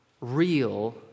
real